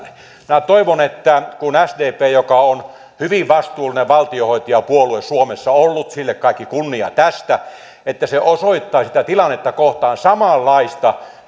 minä toivon että sdp joka on ollut hyvin vastuullinen valtionhoitajapuolue suomessa sille kaikki kunnia tästä osoittaisi tätä tilannetta kohtaan samanlaista